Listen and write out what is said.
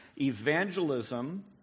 evangelism